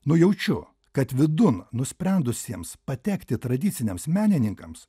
nu jaučiu kad vidun nusprendusiems patekti tradiciniams menininkams